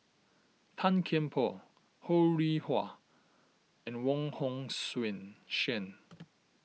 Tan Kian Por Ho Rih Hwa and Wong Hong Suen